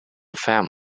family